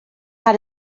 had